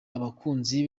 abakunzi